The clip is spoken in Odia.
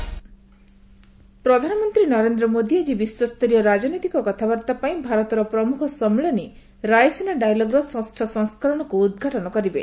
ପିଏମ ରାଇସେନା ପ୍ରଧାନମନ୍ତ୍ରୀ ନରେନ୍ଦ୍ର ମୋଦୀ ଆଜି ବିଶ୍ୱସ୍ତରୀୟ ରାଜନୈତିକ କଥାବାର୍ତ୍ତା ପାଇଁ ଭାରତର ପ୍ରମୁଖ ସମ୍ମିଳନୀ ରାଇସିନା ଡାଇଲଗ୍ର ଷଷ ସଂସ୍କରଣକୁ ଉଦ୍ଘାଟନ କରିବେ